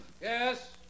Yes